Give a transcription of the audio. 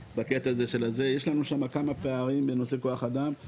יש שם כמה פערים בנושא כוח אדם.